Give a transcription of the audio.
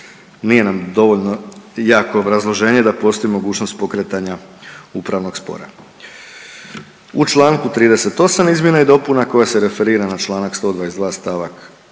Nije nam dovoljno jako obrazloženje da postoji mogućnost pokretanja upravnog spora. U Članku 38. izmjena i dopuna koja se referira na Članak 122. stavak